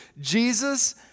Jesus